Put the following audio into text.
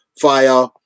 fire